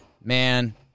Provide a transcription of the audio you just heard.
Man